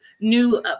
new